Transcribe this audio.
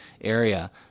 area